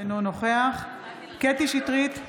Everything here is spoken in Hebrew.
אינו נוכח קטי קטרין שטרית,